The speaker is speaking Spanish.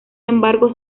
embargo